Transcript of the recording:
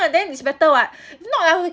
then is better [what] not like